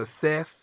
success